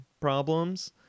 problems